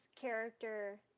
character